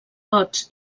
gots